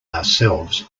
ourselves